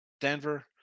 Denver